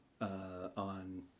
on